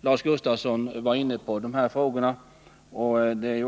Lars Gustafsson var inne på dessa frågor.